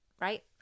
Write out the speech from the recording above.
right